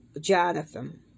Jonathan